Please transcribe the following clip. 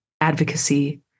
advocacy